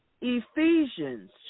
Ephesians